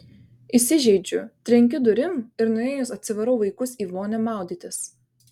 įsižeidžiu trenkiu durim ir nuėjus atsivarau vaikus į vonią maudytis